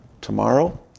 tomorrow